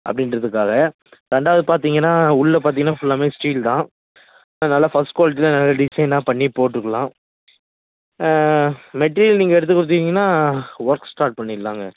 அப்படின்றதுக்காக ரெண்டாவது பார்த்தீங்கன்னா உள்ளே பார்த்தீங்கன்னா ஃபுல்லாமே ஸ்டீல் தான் அது நல்லா ஃபஸ்ட் குவாலிட்டியில் நல்லா டிசைனாக பண்ணி போட்டிருக்கலாம் மெட்டீரியல் நீங்கள் எடுத்து கொடுத்தீங்கன்னா ஒர்க் ஸ்டார்ட் பண்ணிடலாங்க